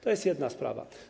To jest jedna sprawa.